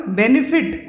benefit